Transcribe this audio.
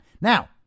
Now